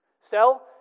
sell